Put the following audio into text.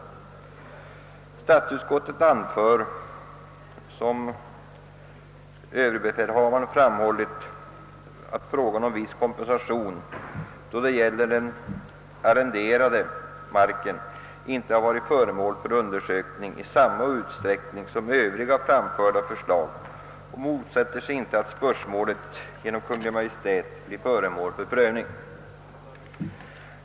Statsutskottet anför, såom överbefälhavaren framhållit, att frågan om viss kompensation då det gäller den arrenderade marken inte varit föremål för undersökning i samma utsträckning som övriga framförda förslag och motsätter sig inte att spörsmålet genom Kungl. Maj:t blir föremål för prövning.